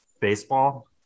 baseball